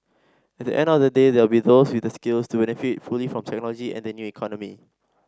at the end of the day there will be those with the skills to benefit fully from technology and the new economy